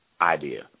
idea